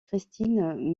christine